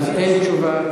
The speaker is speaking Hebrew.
אז אין תשובה.